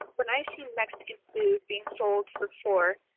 when i see mexican food being sold for four,